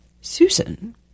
Susan